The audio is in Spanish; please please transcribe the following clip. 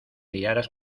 liaras